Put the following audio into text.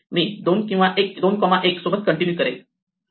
मी 21 सोबत कंटिन्यू करेल